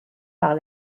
par